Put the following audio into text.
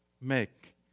make